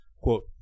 Quote